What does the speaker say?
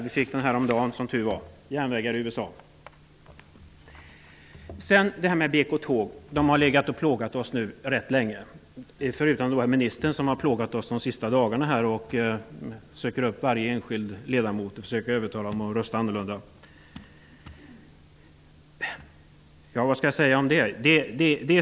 Vi fick den häromdagen, som tur var. BK-Tåg har plågat oss rätt länge. Ministern har plågat oss de sista dagarna. Han har sökt upp varje enskild ledamot och försökt övertala dem att rösta annorlunda. Vad skall jag säga om det?